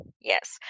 Yes